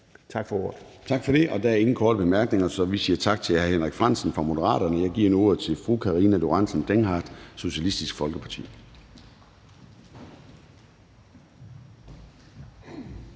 (Søren Gade): Tak for det. Der er ingen korte bemærkninger, så vi siger tak til hr. Henrik Frandsen fra Moderaterne. Jeg giver nu ordet til fru Karina Lorentzen Dehnhardt, Socialistisk Folkeparti.